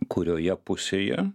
kurioje pusėje